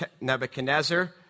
Nebuchadnezzar